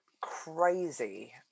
crazy